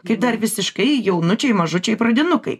kai dar visiškai jaunučiai mažučiai pradinukai